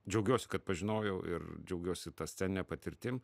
džiaugiuosi kad pažinojau ir džiaugiuosi ta scenine patirtim